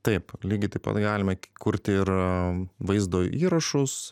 taip lygiai taip pat galime kurti ir vaizdo įrašus